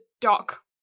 dock